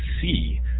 see